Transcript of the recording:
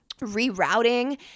rerouting